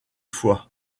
foie